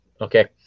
okay